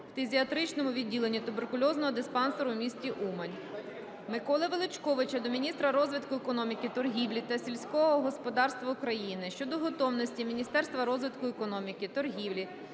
фтизіатричного відділення туберкульозного диспансеру в місті Умань. Миколи Величковича до міністра розвитку економіки, торгівлі та сільського господарства України щодо готовності Міністерства розвитку економіки, торгівлі